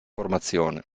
formazione